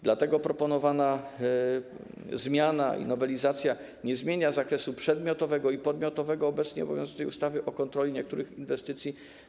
Dlatego proponowana nowelizacja nie zmienia zakresu przedmiotowego i podmiotowego obecnie obowiązującej ustawy o kontroli niektórych inwestycji.